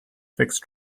fixed